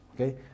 Okay